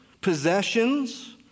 possessions